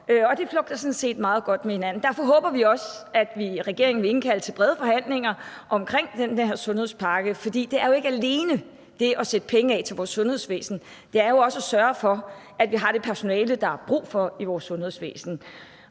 sådan set meget godt med hinanden. Derfor håber vi også, at regeringen vil indkalde til brede forhandlinger om den sundhedspakke, for det handler jo ikke alene om at sætte penge af til vores sundhedsvæsen. Det handler også om at sørge for, at vi har det personale, der er brug for, i vores sundhedsvæsen.